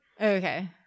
Okay